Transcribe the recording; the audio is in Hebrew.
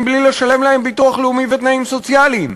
בלי לשלם להם ביטוח לאומי ותנאים סוציאליים.